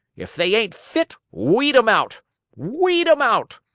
if they ain't fit, weed em out weed em out!